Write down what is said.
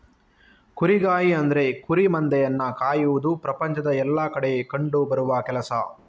ಕುರಿಗಾಹಿ ಅಂದ್ರೆ ಕುರಿ ಮಂದೆಯನ್ನ ಕಾಯುವುದು ಪ್ರಪಂಚದ ಎಲ್ಲಾ ಕಡೆ ಕಂಡು ಬರುವ ಕೆಲಸ